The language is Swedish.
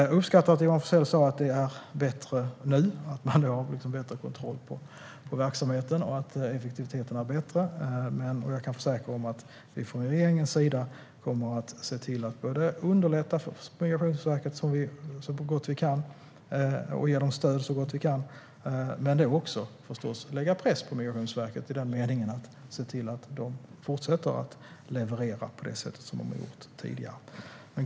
Jag uppskattar att Johan Forssell sa att det är bättre nu, att man har bättre koll på verksamheten och att effektiviteten är bättre. Jag kan försäkra att vi från regeringens sida kommer att se till att både underlätta för Migrationsverket och ge dem stöd så gott vi kan och också förstås sätta press på Migrationsverket i den meningen att de ska fortsätta att leverera på det sättet som de har gjort tidigare.